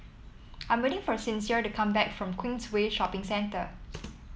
I am waiting for Sincere to come back from Queensway Shopping Centre